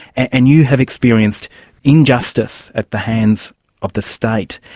and you have experienced injustice at the hands of the state.